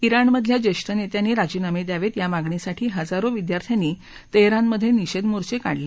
ाणमधल्या ज्येष्ठ नेत्यांनी राजीनामे द्यावेत या मागणीसाठी हजारो विद्यार्थ्यांनी तेहरानमधे निषेध मोर्चे काढले